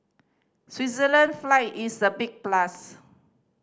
Switzerland flag is a big plus